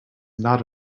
not